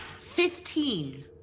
Fifteen